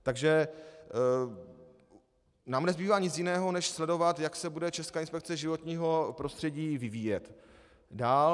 Takže nám nezbývá nic jiného než sledovat, jak se bude Česká inspekce životního prostředí vyvíjet dál.